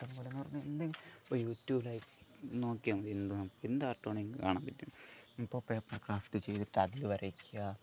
ഇഷ്ടമ്പോലെന്ന് പറഞ്ഞാൽ എന്തെ ഇപ്പോൾ യൂട്യൂബിൽ നോക്കിയാൽ മതി എന്തും എന്ത് ആർട്ട് വേണെങ്കിലും കാണാന് പറ്റും ഇപ്പോൾ പേപ്പർ ക്രാഫ്ട് ചെയ്തിട്ട് അതില് വരയ്ക്കുക